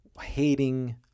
hating